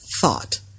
thought